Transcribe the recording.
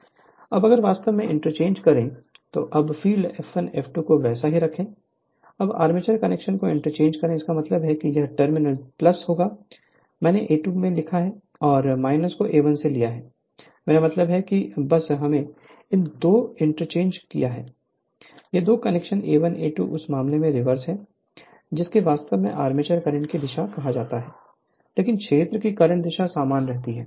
Refer Slide Time 1236 अब अगर वास्तव में इंटरचेंज करें अब फ़ील्ड F1 F2 को वैसा ही रखें अब आर्मेचर कनेक्शन को इंटरचेंज करें इसका मतलब है यहाँ टर्मिनल को मैंने A2 में लिया है और को A1 के लिए लिया है मेरा मतलब यहाँ है बस हमने इन 2 को इंटरचेंज किया है ये 2 कनेक्शन A1 A2 उस मामले में रिवर्स है जिसे वास्तव में आर्मेचर करंट की दिशा कहा जाता है लेकिन क्षेत्र की करंट दिशा समान रहती है